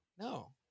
no